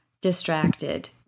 distracted